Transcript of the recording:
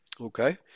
Okay